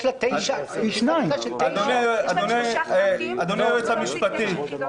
יש לה שלושה חברי כנסת, והיא יכולה להוציא תשע.